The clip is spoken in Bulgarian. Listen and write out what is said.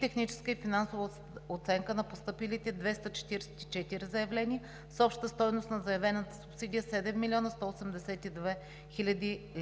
техническа и финансова оценка на постъпилите 244 заявления с обща стойност на заявената субсидия 7 млн. 182 хил.